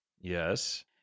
Yes